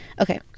okay